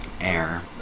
air